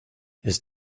his